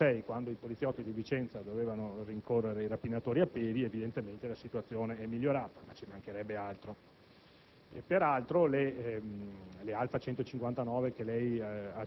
rispetto al novembre 2006, quando i poliziotti di Vicenza dovevano rincorrere i rapinatori a piedi, la situazione è migliorata, ma ci mancherebbe altro!